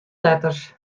letters